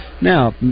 Now